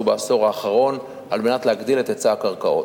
בעשור האחרון על מנת להגדיל את היצע הקרקעות.